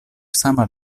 sama